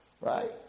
right